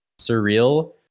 surreal